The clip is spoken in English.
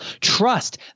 Trust